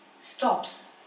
stops